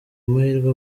amahirwe